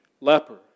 leper